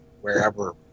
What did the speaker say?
wherever